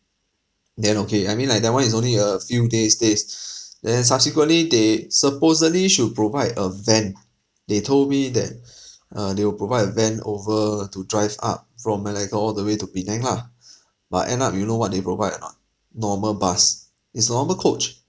then okay I mean like that one is only a few days stays then subsequently they supposedly should provide a van they told me that err they will provide a van over to drive up from malacca all the way to penang lah but end up you know what they provide or not normal bus it's normal coach